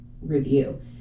review